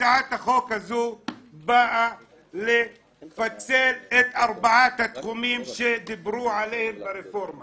הצעת החוק הזאת באה לפצל את ארבעת התחומים שדיברו עליהם ברפורמה